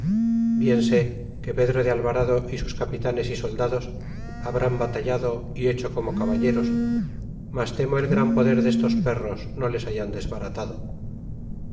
sé que pedro de alvarado y sus capitanes y soldados habrán batallado y hecho como caballeros mas temo el gran poder destos perros no les hayan desbaratado